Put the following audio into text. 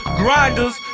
grinders